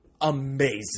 amazing